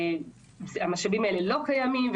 המשאבים האלה לא קיימים,